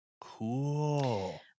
Cool